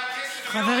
לא היה, חברים,